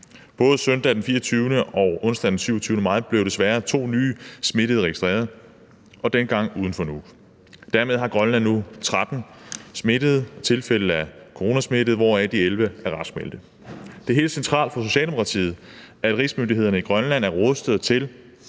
Både søndag den 24. maj og onsdag den 27. maj blev desværre to nye smittede registreret – denne gang uden for Nuuk. Dermed har Grønland nu 13 smittede, altså tilfælde af coronasmitte, hvoraf de 11 er raskmeldte. Det er helt centralt for Socialdemokratiet, at rigsmyndighederne i Grønland er rustet til